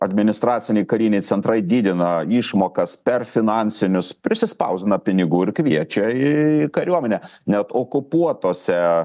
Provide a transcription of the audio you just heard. administraciniai kariniai centrai didina išmokas per finansinius prispausdina pinigų ir kviečia į kariuomenę net okupuotose